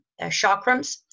chakrams